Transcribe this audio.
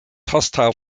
hostile